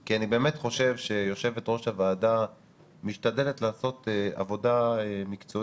כי אני באמת חושב שיושבת ראש הוועדה משתדלת לעשות עבודה מקצועית,